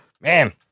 Man